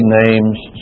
name's